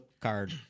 card